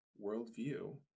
worldview